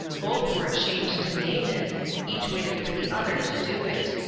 both were ashamed to name it each waited for the other to do it.